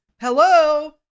Hello